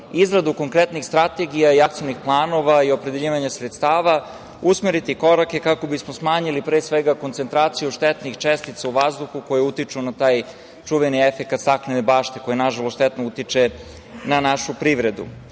izradu konkretnih strategija i akcionih planova i opredeljivanja sredstava usmeriti korake kako bismo smanjili, pre svega, koncentraciju štetnih čestica u vazduhu koje utiču na taj čuveni efekat staklene bašte, koji, nažalost, štetno utiče na našu privredu. Ono